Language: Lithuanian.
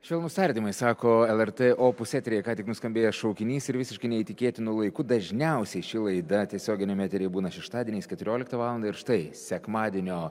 švelnūs tardymai sako lrt opus eteryje ką tik nuskambėjęs šaukinys ir visiškai neįtikėtinu laiku dažniausiai ši laida tiesioginiame eteryje būna šeštadieniais keturioliktą valandą ir štai sekmadienio